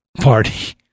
party